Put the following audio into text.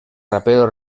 rapero